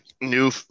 new